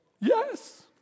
Yes